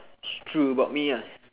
t~ true about me ah